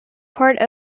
part